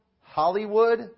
Hollywood